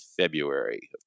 february